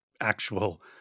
actual